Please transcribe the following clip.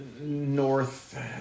North